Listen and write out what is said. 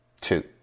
two